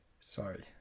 Sorry